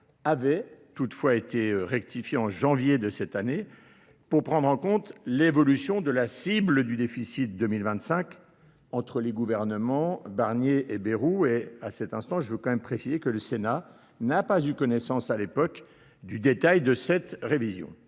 avait toutefois été rectifié en janvier de cette année pour prendre en compte l'évolution de la cible du déficit 2025 entre les gouvernements Barnier et Bérou et à cet instant je veux quand même préciser que le Sénat n'a pas eu connaissance à l'époque du détail de cette révision.